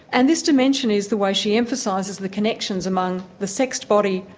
and this dimension is the way she emphasises the connections among the sexed body,